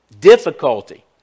Difficulty